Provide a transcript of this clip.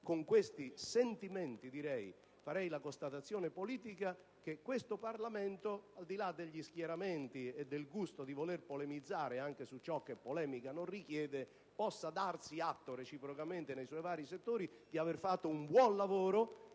Con questi sentimenti, la constatazione politica è che a questo Parlamento, al di là degli schieramenti e del gusto di polemizzare anche su ciò che polemica non richiede, può darsi atto, nei suoi vari settori, di aver svolto un buon lavoro